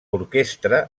orquestra